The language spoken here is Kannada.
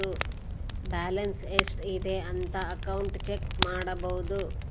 ಬ್ಯಾಲನ್ಸ್ ಎಷ್ಟ್ ಇದೆ ಅಂತ ಅಕೌಂಟ್ ಚೆಕ್ ಮಾಡಬೋದು